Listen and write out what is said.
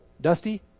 Dusty